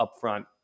upfront